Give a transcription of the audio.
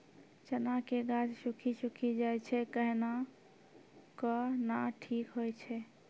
चना के गाछ सुखी सुखी जाए छै कहना को ना ठीक हो छै?